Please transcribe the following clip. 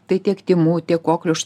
tai tiek tymų tiek kokliuš